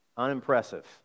Unimpressive